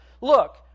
look